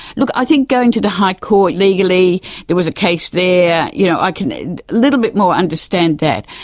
like i think going to the high court legally there was a case there, you know i can a little bit more understand that.